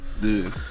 Dude